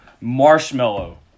marshmallow